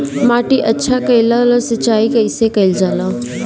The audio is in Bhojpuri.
माटी अच्छा कइला ला सिंचाई कइसे कइल जाला?